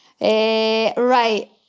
Right